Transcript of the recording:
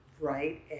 right